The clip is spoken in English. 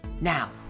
Now